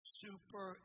super